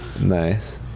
nice